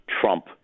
Trump